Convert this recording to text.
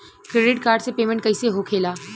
Credit card से payment कईसे होखेला?